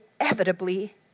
inevitably